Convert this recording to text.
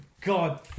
God